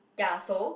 ya so